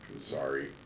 Sorry